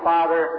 Father